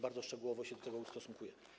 Bardzo szczegółowo się do tego ustosunkuję.